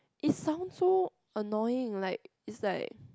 it sound so annoying like is like